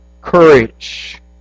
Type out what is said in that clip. courage